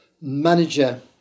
manager